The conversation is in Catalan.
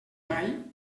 mai